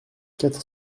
quatre